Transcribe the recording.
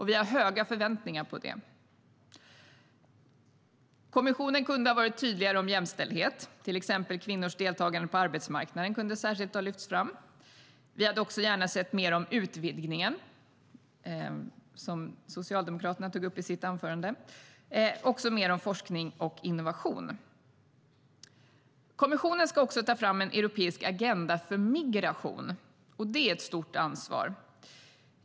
Vi har höga förväntningar på paketet. Kommissionen ska också ta fram en europeisk agenda för migration. Det är ett stort ansvar.